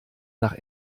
nach